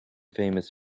famous